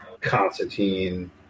Constantine